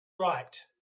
right